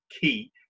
key